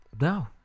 No